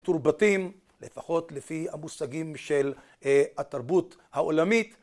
מתורבתים לפחות לפי המושגים של התרבות העולמית.